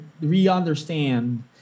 re-understand